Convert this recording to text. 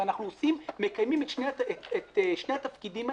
אנחנו מקיימים את שני התפקידים האלה,